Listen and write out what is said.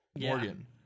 Morgan